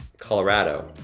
colorado.